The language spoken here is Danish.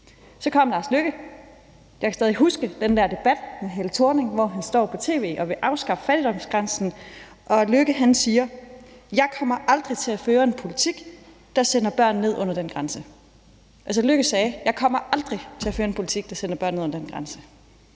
Så kom Lars Løkke Rasmussen. Jeg kan stadig huske den der debat med Helle Thorning-Schmidt, hvor han står på tv og vil afskaffe fattigdomsgrænsen, og Lars Løkke Rasmussen siger: Jeg kommer aldrig til at føre en politik, der sender børn ned under den grænse. Lars Løkke Rasmussen sagde altså: Jeg kommer aldrig til at føre en politik der sender børn ned under den grænse.